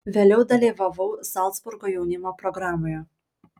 vėliau dalyvavau zalcburgo jaunimo programoje